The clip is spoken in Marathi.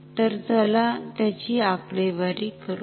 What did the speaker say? तर चला त्याची आकडेवारी करूया